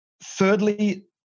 Thirdly